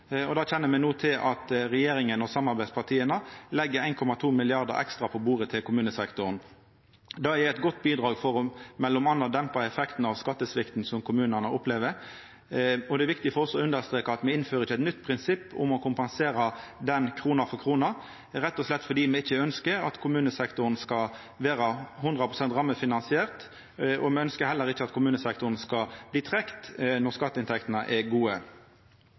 proposisjonen. Vi kjenner no til at regjeringa og samarbeidspartia legg 1,2 mrd. kr ekstra på bordet til kommunesektoren. Det er eit godt bidrag for m.a. å dempa effekten av skattesvikten kommunane opplever. Det er viktig for oss å understreka at me ikkje innfører eit nytt prinsipp om å kompensera det krone for krone, rett og slett fordi me ikkje ønskjer at kommunesektoren skal vera 100 pst. rammefinansiert. Me ønskjer heller ikkje at kommunesektoren skal bli trekt når skatteinntektene er gode.